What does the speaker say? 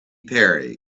perry